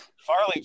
farley